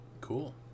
Cool